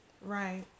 Right